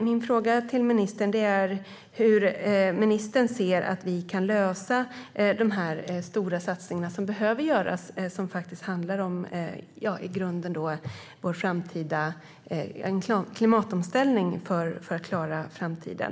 Min fråga till ministern är hur ministern ser att vi kan lösa de stora satsningar som behöver göras och som faktiskt i grunden handlar om en klimatomställning för att klara framtiden.